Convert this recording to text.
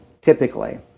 Typically